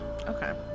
Okay